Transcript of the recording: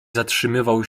zatrzymywał